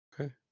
Okay